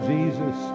Jesus